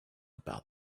about